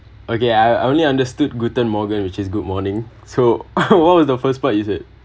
okay I I only understood guten morgen which is good morning so what was the first part you said